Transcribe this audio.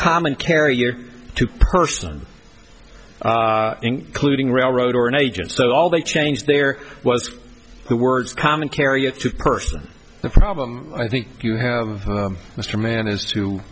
common carrier to person including railroad or an agent so all they change there was the words common carrier to person the problem i think you have mr manners to